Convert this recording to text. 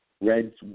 Reds